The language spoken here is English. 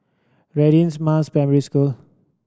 Radin Mas Primary School